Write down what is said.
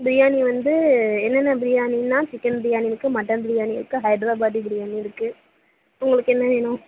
பிரியாணி வந்து என்னென்ன பிரியாணின்னால் சிக்கன் பிரியாணி இருக்குது மட்டன் பிரியாணி இருக்குது ஹைட்ராபதி பிரியாணி இருக்குது உங்களுக்கு என்ன வேணும்